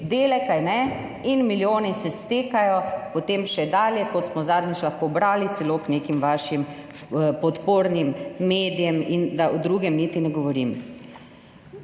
dele, kajne, in milijoni se stekajo potem še dalje, kot smo zadnjič lahko brali, celo k nekim vašim podpornim medijem, da o drugem niti ne govorim.